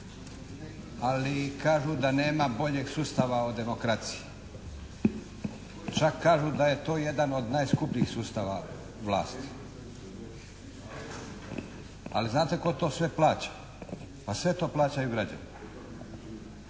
ali kažu da nema boljeg sustava o demokraciji, čak kažu da je to jedan od najskupljih sustava vlasti. Ali znate tko to sve plaća? Pa sve to plaćaju građani.